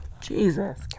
jesus